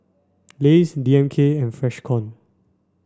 Lays D M K and Freshkon